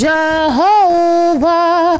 Jehovah